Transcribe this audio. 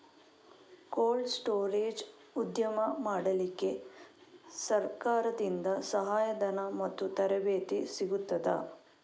Cold storage ಉದ್ಯಮ ಮಾಡಲಿಕ್ಕೆ ಸರಕಾರದಿಂದ ಸಹಾಯ ಧನ ಮತ್ತು ತರಬೇತಿ ಸಿಗುತ್ತದಾ?